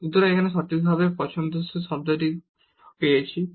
সুতরাং আমরা এখানে সঠিকভাবে পছন্দসই শব্দটি পেয়েছি